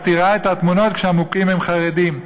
מסתירה את התמונות כשהמוכים הם חרדים.